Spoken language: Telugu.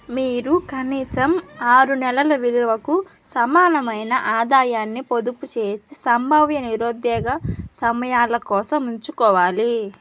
మీరు కనీసం ఆరు నెలల విలువకు సమానమైన ఆదాయాన్ని పొదుపు చేసి సంభావ్య నిరోద్యోగ సమయాల కోసం ఉంచుకోవాలి